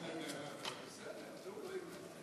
חוק ומשפט.